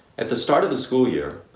at the start of the school year,